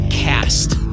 Cast